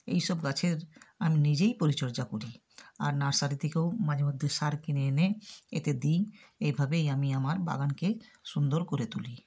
এই সব গাছের আমি নিজেই পরিচর্যা করি আর নার্সারি থেকেও মাঝে মধ্যে সার কিনে এনে এতে দিই এভাবেই আমি আমার বাগানকে সুন্দর করে তুলি